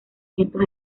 cientos